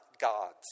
God's